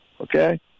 okay